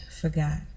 forgot